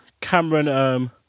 Cameron